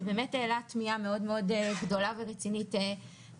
זה באמת העלה תמיהה מאוד מאוד גדולה ורצינית למה